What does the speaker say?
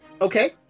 Okay